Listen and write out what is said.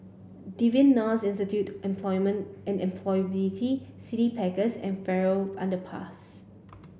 Devan Nair's Institute Employment and Employability City Backpackers and Farrer Underpass